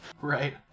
Right